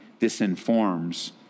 disinforms